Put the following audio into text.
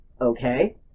Okay